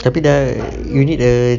tapi dah you read the